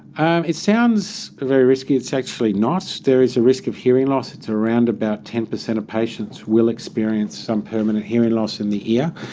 um it sounds very risky, it's actually not. there is a risk of hearing loss, it's around about ten percent of patients will experience some permanent hearing loss in the ear.